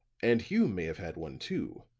and hume may have had one, too,